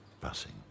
passing